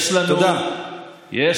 אתה מתגאה בהחלת ריבונות נגד החוק הבין-לאומי?